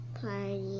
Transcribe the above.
party